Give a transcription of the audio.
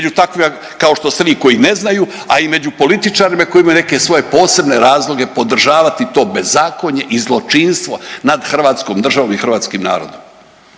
među takvima kao što ste vi koji ne znaju, a i među političarima koji imaju neke svoje posebne razloge podržavati to bezakonje i zločinstvo nad hrvatskom državom i hrvatskim narodom.